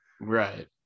Right